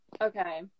Okay